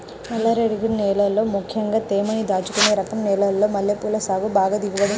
నల్లరేగడి నేలల్లో ముక్కెంగా తేమని దాచుకునే రకం నేలల్లో మల్లెపూల సాగు బాగా దిగుబడినిత్తది